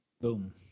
Boom